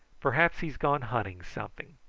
perhaps he's gone hunting something.